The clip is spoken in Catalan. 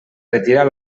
retirar